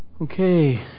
Okay